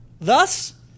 Thus